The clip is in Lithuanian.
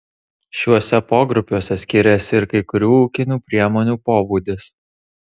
šiuose pogrupiuose skiriasi ir kai kurių ūkinių priemonių pobūdis